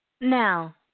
now